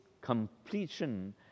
completion